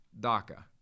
DACA